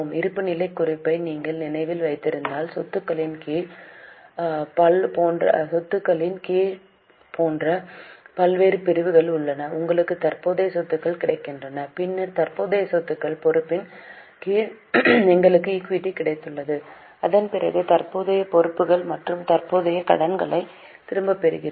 இருப்புநிலைக் குறிப்பை நீங்கள் நினைவில் வைத்திருந்தால் சொத்துக்களின் கீழ் போன்ற பல்வேறு பிரிவுகள் உள்ளன உங்களுக்கு தற்போதைய சொத்துக்கள் கிடைத்துள்ளன பின்னர் தற்போதைய சொத்துக்கள் பொறுப்பின் கீழ் எங்களுக்கு ஈக்விட்டி கிடைத்துள்ளது அதன்பிறகு தற்போதைய பொறுப்புகள் மற்றும் தற்போதைய கடன்களைத் திரும்பப் பெறுகிறோம்